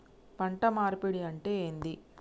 పంట మార్పిడి అంటే ఏంది?